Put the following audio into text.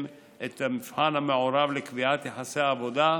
את המבחן המעורב לקביעת יחסי העבודה,